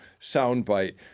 soundbite